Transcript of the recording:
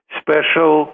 special